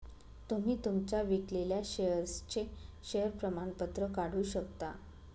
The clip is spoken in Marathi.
तुम्ही तुमच्या विकलेल्या शेअर्सचे शेअर प्रमाणपत्र काढू शकता